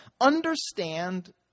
understand